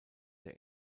der